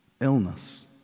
illness